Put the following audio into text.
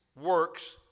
works